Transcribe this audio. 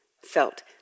felt